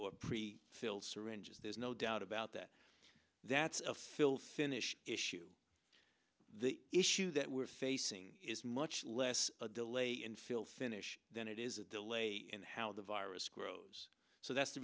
or pre filled syringes there's no doubt about that that's filled finish issue the issue that we're facing is much less a delay in field finish than it is a delay in how the virus grows so that's the